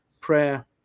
prayer